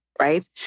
right